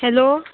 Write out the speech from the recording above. hello